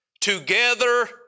together